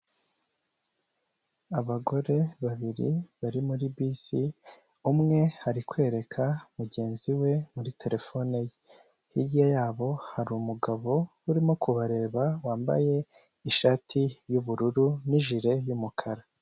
Abagore babiri bari muri bisi umwe ari kwereka mugenzi we muri terefone ye, hirya yabo hari umugabo urimo kubareba wambaye ishati y'ubururu n'ijire y'umukara.